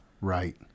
Right